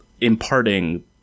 imparting